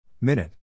Minute